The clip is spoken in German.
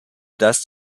dass